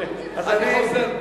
אני חוזר בי.